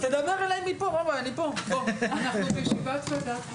אומרים שאין חברויות בכנסת ויש צד אחד,